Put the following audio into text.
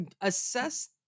assess